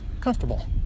comfortable